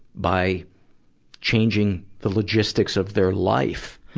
by changing the logistics of their life,